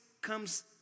comes